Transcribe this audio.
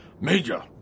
Major